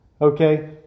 okay